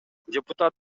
депутат